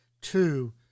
Two